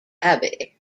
abbey